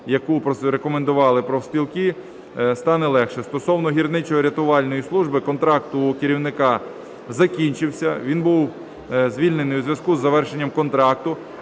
яку рекомендували профспілки, стане легше. Стосовно гірничорятувальної служби. Контракт у керівника закінчився, він був звільнений у зв'язку з завершенням контракту.